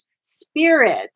spirit